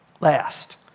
Last